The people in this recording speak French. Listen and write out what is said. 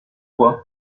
quoi